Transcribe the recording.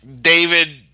David